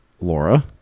Laura